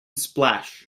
splash